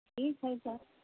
ठीक हइ तऽ